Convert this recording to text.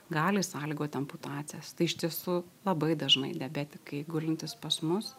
gali sąlygot amputacijas tai iš tiesų labai dažnai diabetikai gulintys pas mus